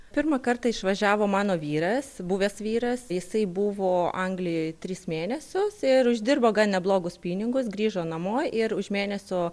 pirmą kartą išvažiavo mano vyras buvęs vyras jisai buvo anglijoj tris mėnesius ir uždirbo gan neblogus pinigus grįžo namo ir už mėnesio